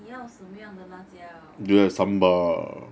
你要什么样的辣椒:ni yao shen me yang de lah jiao